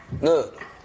Look